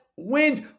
wins